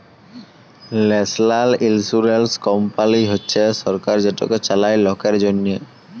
national insurance company হছে সরকার যেটকে চালায় লকের জ্যনহে